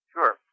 Sure